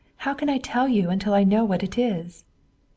how can i tell you until i know what it is?